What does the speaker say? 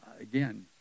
Again